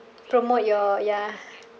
promote your ya